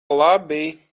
labi